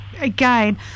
Again